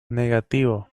negativo